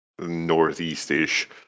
Northeast-ish